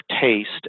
taste